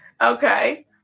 Okay